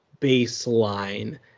baseline